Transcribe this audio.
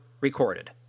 recorded